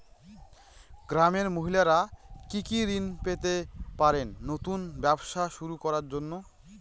গ্রামের মহিলারা কি কি ঋণ পেতে পারেন নতুন ব্যবসা শুরু করার জন্য?